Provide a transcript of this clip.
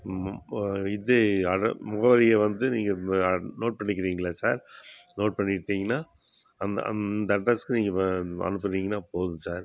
இது முகவரியை வந்து நீங்கள் நோட் பண்ணிக்கிறீங்களா சார் நோட் பண்ணிக்கிட்டிங்கன்னா அந்த இந்த அட்ரஸ்க்கு நீங்கள் அனுப்புனீங்கன்னா போதும் சார்